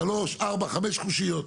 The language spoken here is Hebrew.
שלוש ארבע חמש קושיות,